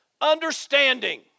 understanding